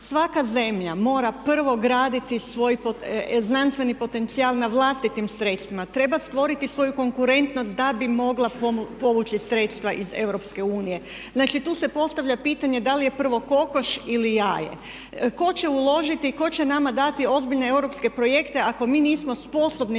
Svaka zemlja mora prvo graditi svoj znanstveni potencijal na vlastitim sredstvima, treba stvoriti svoju konkurentnost da bi mogla povući sredstva iz EU. Znači, tu se postavlja pitanje da li je prvo kokoš ili jaje. Tko će uložiti, tko će nama dati ozbiljne europske projekte ako mi nismo sposobni